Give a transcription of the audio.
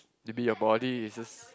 to be your body is just